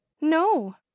no